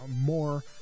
more